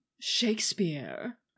Shakespeare